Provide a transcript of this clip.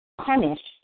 punished